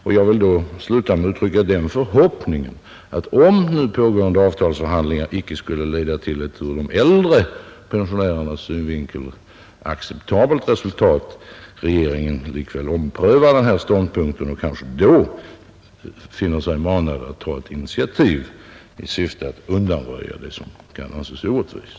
Och jag vill sluta med att uttrycka den förhoppningen att om de nu pågående avtalsförhandlingarna inte leder till ett ur de äldre pensionärernas synvinkel acceptabelt resultat, regeringen omprövar sin ståndpunkt och då kanske finner sig manad att ta initiativ i syfte att undanröja det som kan anses vara orättvist.